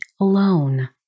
alone